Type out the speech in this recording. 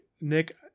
Nick